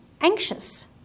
anxious